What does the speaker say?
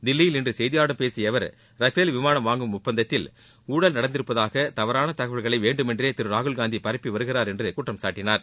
தில்லியில் இன்று செய்தியாளர்களிடம் பேசிய அவர் ரபேல் விமானம் வாங்கும் ஒப்பந்தத்தில் ஊழல் நடந்திருப்பதாக தவறான தகவல்களை வேண்டுமென்றே திரு ராகுல்காந்தி பரப்பி வருகிறார் என்று குற்றம் சாட்டினார்